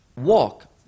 walk